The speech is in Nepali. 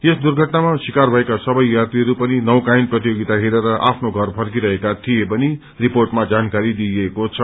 यस दुर्घटनामा शिकार गएका सबै यात्रीहश्र पनि नौकायन प्रतियोगिता हेरेर आफ्नो षर फर्किरहेका थिए भनी रिपोर्टमा जानकारी दिइएको छ